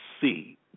see